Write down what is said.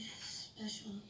special